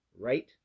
Right